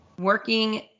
working